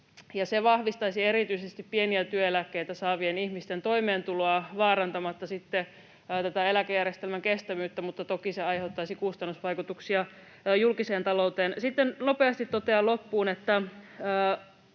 Se vahvistaisi erityisesti pieniä työeläkkeitä saavien ihmisten toimeentuloa vaarantamatta sitten tätä eläkejärjestelmän kestävyyttä, mutta toki se aiheuttaisi kustannusvaikutuksia julkiseen talouteen. Sitten nopeasti totean loppuun,